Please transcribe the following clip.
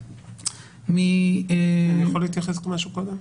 אני יכול להתייחס למשהו קודם?